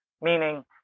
meaning